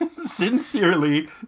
Sincerely